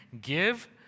give